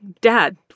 Dad